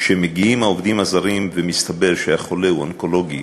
כשמגיעים העובדים הזרים ומסתבר שהחולה אונקולוגי